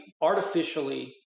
artificially